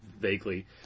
Vaguely